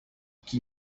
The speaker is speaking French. qui